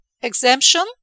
exemption